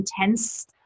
intense